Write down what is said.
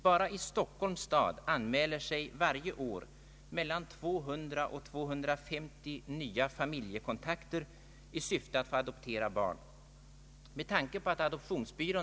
Jag tror att det är önskvärt att en saklig opinionsbildning sker i denna fråga precis som i alla andra frågor.